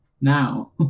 now